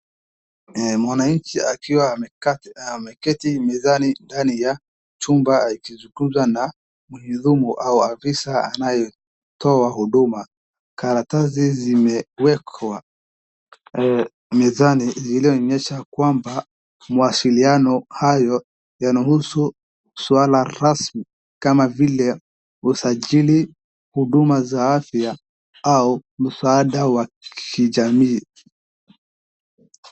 Mwananchi akiwa amekaa, ameketi mezani ndani ya chumba akizungumza na mhudumu au afisa anayetoa huduma. Karatasi zimewekwa mezani zilionyesha kwamba mawasiliano hayo yanahusu swala rasmi kama vile usajiri, huduma za afya au msaada wa kijamii.